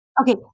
Okay